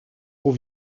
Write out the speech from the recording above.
trop